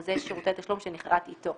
לחוזה שירותי תשלום שנכרת איתו